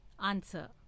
Answer